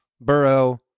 Burrow